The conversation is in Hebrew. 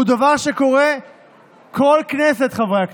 הוא דבר שקורה כל כנסת, חברי הכנסת.